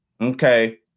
Okay